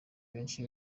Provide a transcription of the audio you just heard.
benshi